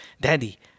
Daddy